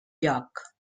lloc